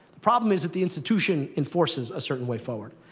the problem is that the institution enforces a certain way forward.